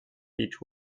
beech